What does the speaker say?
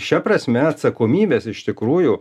šia prasme atsakomybės iš tikrųjų